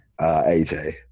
AJ